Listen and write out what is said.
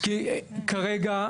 כי כרגע,